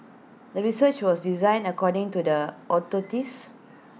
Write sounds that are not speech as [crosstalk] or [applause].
the research was designed according to the [unintelligible]